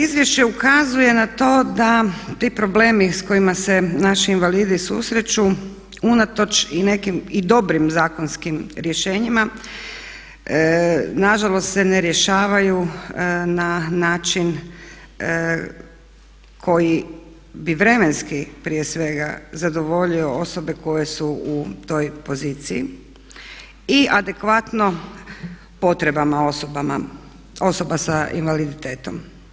Izvješće ukazuje na to da ti problemi s kojima se naši invalidi susreću unatoč i nekim dobrim zakonskim rješenjima nažalost se ne rješavaju na način koji bi vremenski prije svega zadovoljio osobe koje su u toj poziciji i adekvatno potreba osoba s invaliditetom.